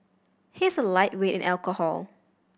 he is a lightweight in alcohol